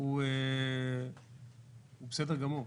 הוא בסדר גמור,